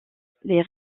les